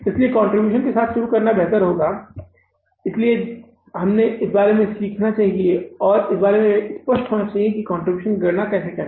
इसलिए कंट्रीब्यूशन के साथ शुरू करना बेहतर है इसलिए हमें इस बारे में सीखना चाहिए कि हमें इस बारे में स्पष्ट होना चाहिए कि कंट्रीब्यूशन की गणना कैसे करें